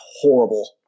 horrible